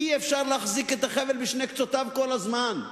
אי-אפשר להחזיק את החבל בשני קצותיו כל הזמן.